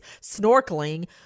snorkeling